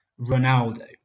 Ronaldo